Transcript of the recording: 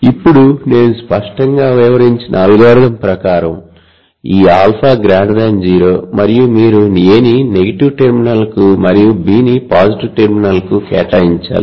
ఇప్పుడు నేను స్పష్టంగా వివరించిన అల్గోరిథం ప్రకారం ఈ α 0 మరియు మీరు A ని నెగటివ్ టెర్మినల్కు మరియు B ని పాజిటివ్ టెర్మినల్కు కేటాయించాలి